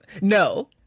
No